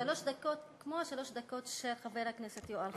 שלוש דקות כמו שלוש הדקות של חבר הכנסת יואל חסון,